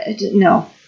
No